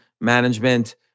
management